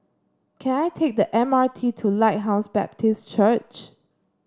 can I take the M R T to Lighthouse Baptist Church